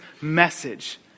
message